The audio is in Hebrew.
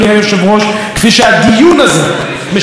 בדיוק כפי שהדיון הזה משקף את התרסקותו,